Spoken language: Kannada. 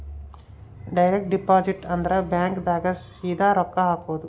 ಡೈರೆಕ್ಟ್ ಡಿಪೊಸಿಟ್ ಅಂದ್ರ ಬ್ಯಾಂಕ್ ದಾಗ ಸೀದಾ ರೊಕ್ಕ ಹಾಕೋದು